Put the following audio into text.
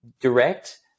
direct